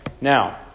Now